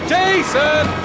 Jason